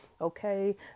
Okay